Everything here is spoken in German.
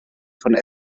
von